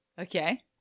okay